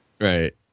Right